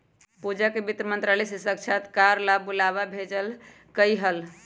पूजा के वित्त मंत्रालय से साक्षात्कार ला बुलावा भेजल कई हल